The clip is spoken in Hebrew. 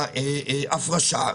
של ההפרשה.